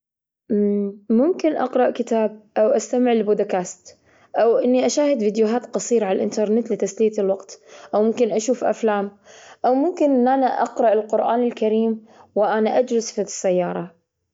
ممكن أقرأ كتاب أو أستمع لبودكاست، أو إني أشاهد فيديوهات قصيرة على الإنترنت لتسلية الوقت. أو ممكن أشوف أفلام، أو ممكن أن أنا اقرأ القران الكريم وأنا أجلس في السيارة.